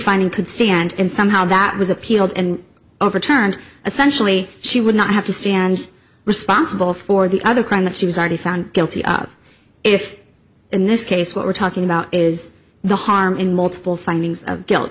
finding could stand and somehow that was appealed and overturned essentially she would not have to stand responsible for the other crime that she was already found guilty of if in this case what we're talking about is the harm in multiple findings of guilt